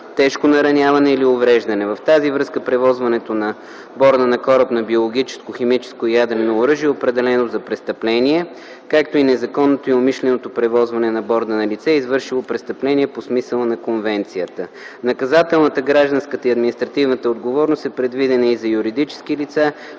тежко нараняване или увреждане. В тази връзка превозването на борда на кораб на биологично, химическо и ядрено оръжие е определено за престъпление, както и незаконното и умишлено превозването на борда на лице, извършило престъпление по смисъла на Конвенцията. Наказателна, гражданска и административна отговорност е предвидена и за юридическите лица,